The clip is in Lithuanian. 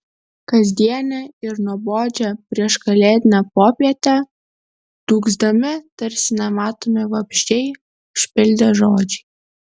kasdienę ir nuobodžią prieškalėdinę popietę dūgzdami tarsi nematomi vabzdžiai užpildė žodžiai